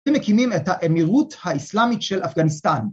‫ומקימים את האמירות האסלאמית ‫של אפגניסטן.